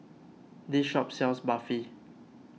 this shop sells Barfi